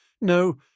No